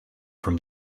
from